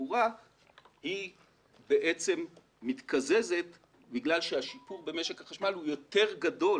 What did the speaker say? ובתחבורה היא בעצם מתקזזת בגלל שהשיפור במשק החשמל הוא יותר גדול